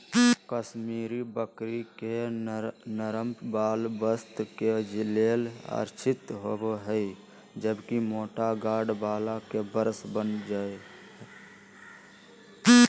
कश्मीरी बकरी के नरम वाल वस्त्र के लेल आरक्षित होव हई, जबकि मोटा गार्ड वाल के ब्रश बन हय